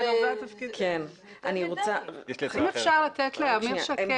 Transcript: אם אפשר לאפשר לעמיר שקד,